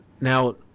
now